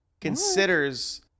considers